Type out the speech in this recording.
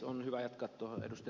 on hyvä jatkaa ed